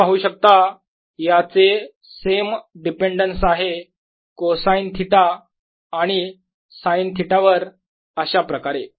तुम्ही पाहू शकता याचे सेम डिपेन्डन्स आहे कोसाईन थिटा आणि साईन थिटा वर अशाप्रकारे